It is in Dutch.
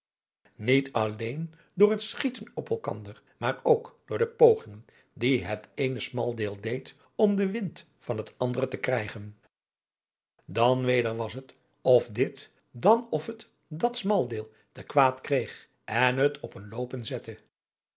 niet alleen door het schieten op elkander maar ook door de pogingen die het eene smaldeel deed om den wind van het andere te krijgen dan weder was het of dit dan of het dat smaldeel te kwaad kreeg en het op een loopen zette